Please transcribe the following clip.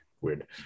weird